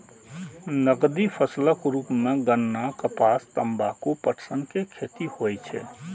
नकदी फसलक रूप मे गन्ना, कपास, तंबाकू, पटसन के खेती होइ छै